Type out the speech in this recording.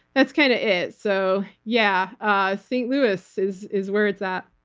that's kind of it. so yeah. ah st. louis is is where it's at.